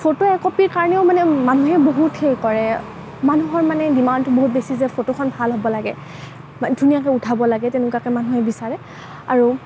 photo একপিৰ কাৰণেও মানে মানুহে বহুত সেই কৰে মানুহৰ মানে ডিমাণ্ডটো বহুত বেছি যে ফটোখন ভাল হব লাগে ধুনীয়াকৈ উঠাব লাগে তেনেকুৱাকৈ মানুহে বিচাৰে আৰু